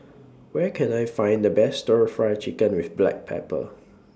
Where Can I Find The Best Stir Fry Chicken with Black Pepper